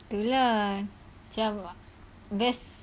tu lah macam best